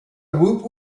woot